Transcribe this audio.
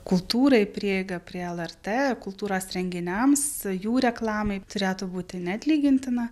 kultūrai prieiga prie lrt kultūros renginiams jų reklamai turėtų būti neatlygintina